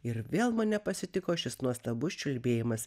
ir vėl mane pasitiko šis nuostabus čiulbėjimas